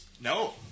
No